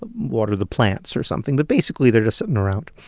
ah water the plants or something, but basically, they're just sitting around.